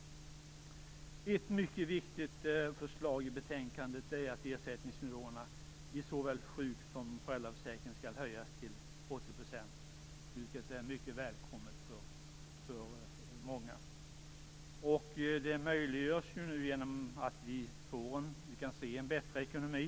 Ett mycket viktigt förslag i betänkandet är att ersättningsnivåerna i såväl sjuk som föräldraförsäkringen skall höjas till 80 %, vilket är mycket välkommet för många. Det möjliggörs nu genom att vi kan se en bättre ekonomi.